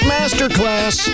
Masterclass